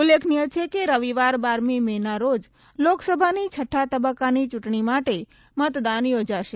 ઉલ્લેખનીય છે કે રવિવાર બારમી મે ના રોજ લોકસભાની છઠ્ઠા તબક્કાની ચ્રંટણી માટે મતદાન યોજાશે